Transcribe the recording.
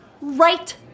Right